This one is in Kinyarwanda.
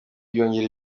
byongera